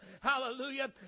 Hallelujah